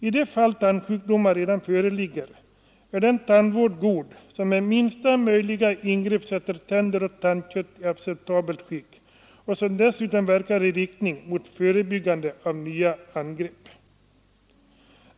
I de fall tandsjukdomar redan föreligger är den tandvården god som med minsta möjliga ingrepp sätter tänder och tandkött i acceptabelt skick och dessutom verkar i riktning mot förebyggande av nya angrepp.